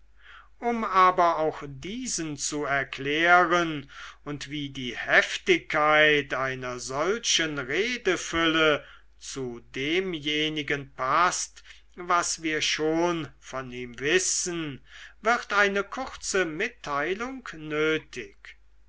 um aber auch diesen zu erklären und wie die heftigkeit einer solchen redefülle zu demjenigen paßt was wir schon von ihm wissen wird eine kurze mitteilung